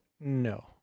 No